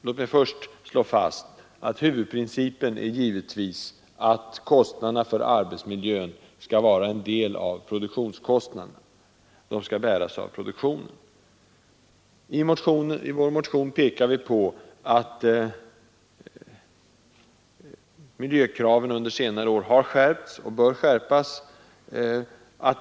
Låt mig först slå fast att huvudprincipen givetvis är att kostnaderna för arbetsmiljön skall utgöra en del av produktionskostnaden. De skall bäras av produktionen. I vår motion pekar vi på att miljökraven under senare år har skärpts och bör skärpas.